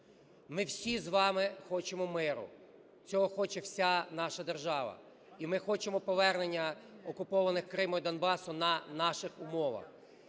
Ми всі з вами хочемо миру. Цього хоче вся наша держава. І ми хочемо повернення окупованих Криму і Донбасу на наших умовах.